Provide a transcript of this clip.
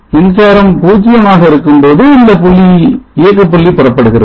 மின்சாரம் 0 ஆக இருக்கும் போது இந்த இயக்கப் புள்ளி புறப்படுகிறது